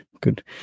good